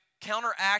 counteract